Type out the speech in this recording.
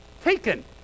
taken